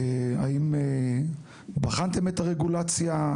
האם בחנתם את הרגולציה,